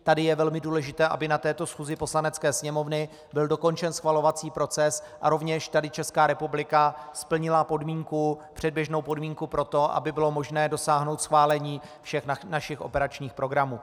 Tady je velmi důležité, aby na této schůzi Poslanecké sněmovny byl dokončen schvalovací proces a rovněž tady Česká republika splnila předběžnou podmínku pro to, aby bylo možné dosáhnout schválení všech našich operačních programů.